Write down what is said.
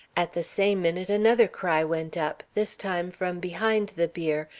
at the same minute another cry went up, this time from behind the bier,